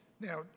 Now